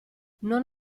non